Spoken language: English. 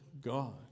God